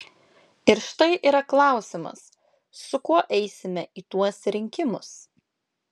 ir štai yra klausimas su kuo eisime į tuos rinkimus